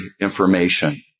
information